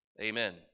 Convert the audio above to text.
amen